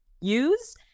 use